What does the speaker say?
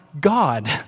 God